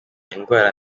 indwara